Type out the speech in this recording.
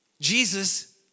Jesus